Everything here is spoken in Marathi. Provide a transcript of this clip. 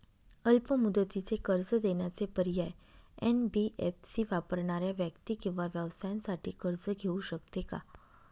अल्प मुदतीचे कर्ज देण्याचे पर्याय, एन.बी.एफ.सी वापरणाऱ्या व्यक्ती किंवा व्यवसायांसाठी कर्ज घेऊ शकते का?